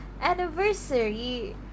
anniversary